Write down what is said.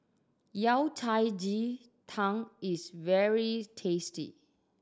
Yao Cai ji tang is very tasty